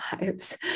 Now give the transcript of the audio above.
lives